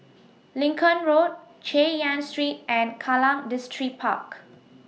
Lincoln Road Chay Yan Street and Kallang Distripark